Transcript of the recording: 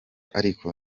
ariko